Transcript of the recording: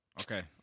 Okay